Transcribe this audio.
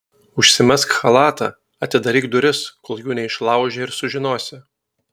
užsimesk chalatą atidaryk duris kol jų neišlaužė ir sužinosi